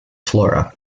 flora